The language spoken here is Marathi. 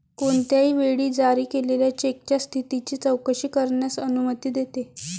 कोणत्याही वेळी जारी केलेल्या चेकच्या स्थितीची चौकशी करण्यास अनुमती देते